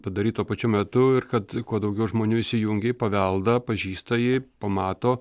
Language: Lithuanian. padaryt tuo pačiu metu ir kad kuo daugiau žmonių įsijungia į paveldą pažįsta jį pamato